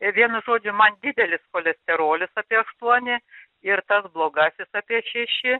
vienu žodžiu man didelis cholesterolis apie aštuoni ir tas blogasis apie šeši